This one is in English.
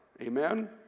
Amen